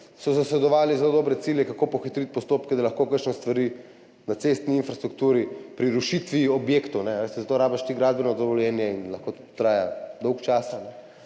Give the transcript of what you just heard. zasledovali zelo dobre cilje, kako pohitriti postopke, da lahko kakšne stvari na cestni infrastrukturi, pri rušitvi objektov – veste, za to rabiš ti gradbeno dovoljenje in lahko to traja dolgo časa